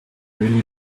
really